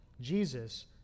Jesus